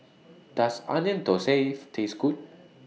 Does Onion Thosai Taste Good